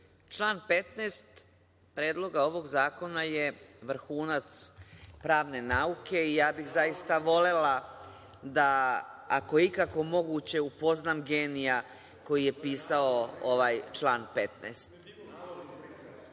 Član 15. predloga ovog zakona je vrhunac pravne nauke i ja bih zaista volela da ako je ikako moguće, upoznam genija koji je pisao ovaj član